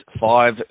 five